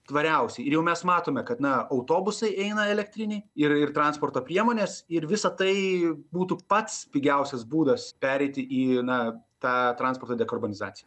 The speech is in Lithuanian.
tvariausiai ir jau mes matome kad na autobusai eina elektriniai ir ir transporto priemonės ir visa tai būtų pats pigiausias būdas pereiti į na tą transporto dekarbonizaciją